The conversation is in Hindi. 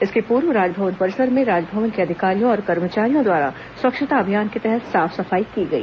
इसके पूर्व राजभवन परिसर में राजभवन के अधिकारियों और कर्मचारियों द्वारा स्वच्छता अभियान के तहत साफ सफाई की गई